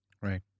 Right